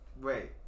Wait